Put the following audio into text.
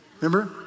Remember